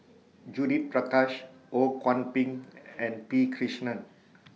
Judith Prakash Ho Kwon Ping and P Krishnan